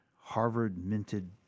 Harvard-minted